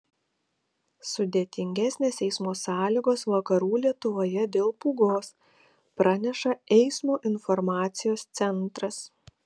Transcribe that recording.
sudėtingesnės eismo sąlygos vakarų lietuvoje dėl pūgos praneša eismo informacijos centras